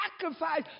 sacrifice